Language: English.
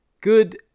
Good